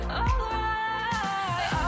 alright